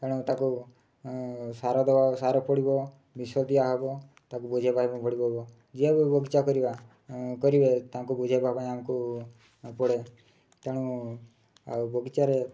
ତେଣୁ ତାକୁ ଉଁ ସାର ଦେବା ସାର ପଡ଼ିବ ବିଷ ଦିଆ ହେବ ତାକୁ ବୁଝାଇବା ପାଇଁ ବଢ଼ିବ ଯିଏ ବି ବଗିଚା କରିବା କରିବେ ତାଙ୍କୁ ବୁଝାଇବା ପାଇଁ ଆମକୁ ପଡ଼େ ତେଣୁ ଆଉ ବଗିଚାରେ